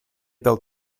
built